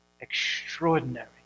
extraordinary